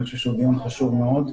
אני חושב שהוא דיון חשוב מאוד.